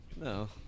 No